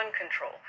control